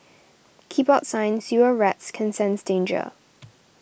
keep out sign Sewer rats can sense danger